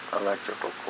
electrical